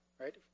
right